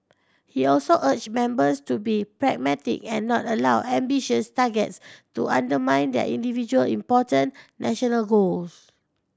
he also urged members to be pragmatic and not allow ambitious targets to undermine their individual important national goals